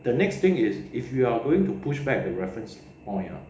the next thing is if you're going to push back the reference point ah